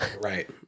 Right